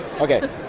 Okay